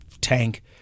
tank